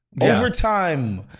overtime